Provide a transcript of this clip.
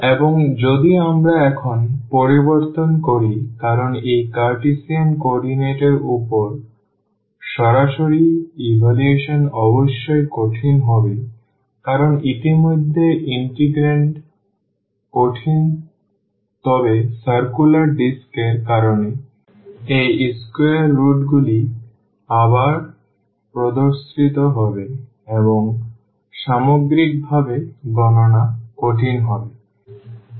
এবং যদি আমরা এখন পরিবর্তন করি কারণ এই কার্টেসিয়ান কোঅর্ডিনেট এর উপর সরাসরি ইভালুয়েশন অবশ্যই কঠিন হবে কারণ ইতিমধ্যে ইন্টিগ্রান্ড কঠিন তবে সার্কুলার ডিস্ক এর কারণে এই square root গুলি আবার প্রদর্শিত হবে এবং সামগ্রিকভাবে গণনা কঠিন হবে